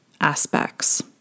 aspects